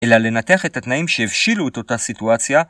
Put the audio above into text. אלא לנתח את התנאים שהבשילו את אותה סיטואציה